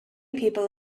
people